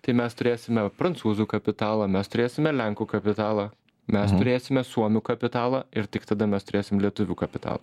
tai mes turėsime prancūzų kapitalą mes turėsime lenkų kapitalą mes turėsime suomių kapitalą ir tik tada mes turėsim lietuvių kapitalą